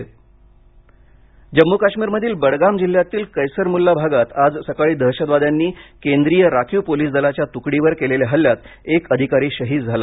जम्म काश्मीर हल्ला जम्मू काश्मीरमधील बडगाम जिल्ह्यातील कैसरमुल्ला भागात आज सकाळी दहशतवाद्यांनी केंद्रीय राखीव पोलीस दलाच्या तुकडीवर केलेल्या हल्ल्यात एक अधिकारी शहीद झाला